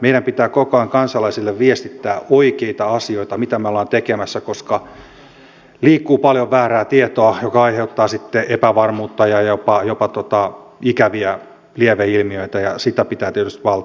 meidän pitää koko ajan kansalaisille viestittää oikeita asioita mitä me olemme tekemässä koska liikkuu paljon väärää tietoa joka aiheuttaa sitten epävarmuutta ja jopa ikäviä lieveilmiöitä ja sitä pitää tietysti välttää